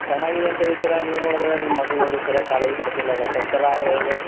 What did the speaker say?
ಚೆನ್ನಾಗಿದೆ ಅಂತ ಹೇಳ್ತೀರ ನೀವು ನೋಡಿದರೆ ನಿಮ್ಮ ಮಗಳು ನೋಡಿದರೆ ಸರಿಯಾಗಿ ಕಾಲೇಜಿಗೆ ಬರ್ತಿಲ್ಲಲ್ಲ ಸರ್ ಈ ಥರ ಆದರೆ ಹೇಗೆ